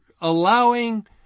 allowing